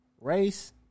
Race